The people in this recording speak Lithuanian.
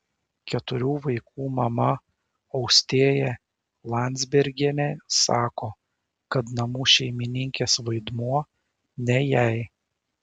keturių vaikų mama austėja landzbergienė sako kad namų šeimininkės vaidmuo ne jai